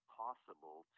possible